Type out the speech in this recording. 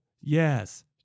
yes